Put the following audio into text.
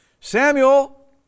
Samuel